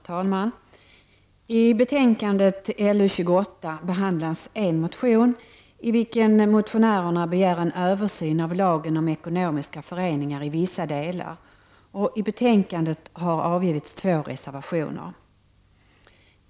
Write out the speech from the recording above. Herr talman! I betänkandet LU28 behandlas en motion, i vilken motionärerna begär en översyn av vissa delar av lagen om ekonomiska föreningar. Till betänkandet har fogats två reservationer.